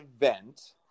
event